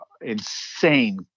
insane